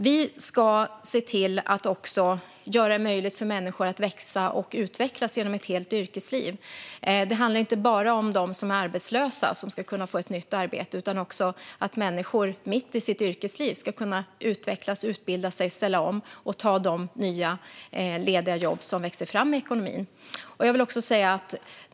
Vi ska se till att göra det möjligt för människor att växa och utvecklas genom ett helt yrkesliv. Det handlar inte bara om dem som är arbetslösa och att de ska kunna få ett nytt arbete utan också om att människor mitt i sitt yrkesliv ska kunna utvecklas, utbilda sig, ställa om och ta de nya lediga jobb som växer fram i ekonomin.